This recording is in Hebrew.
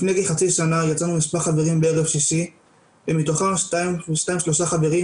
לפני כחצי שנה יצאנו מספר חברים בערב שישי ומתוכם שניים-שלושה חברים